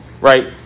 Right